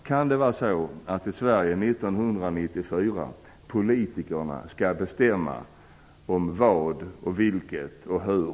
Kan det vara så i Sverige 1994 att politikerna skall bestämma vad vi skall spela på och hur?